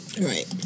right